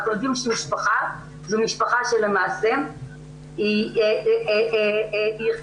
אנחנו יודעים שמשפחה זו משפחה שלמעשה היא יחידה